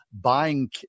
buying